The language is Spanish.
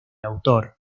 autor